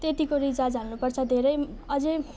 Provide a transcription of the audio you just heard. त्यतिको रिचार्ज हाल्नुपर्छ धेरै अझै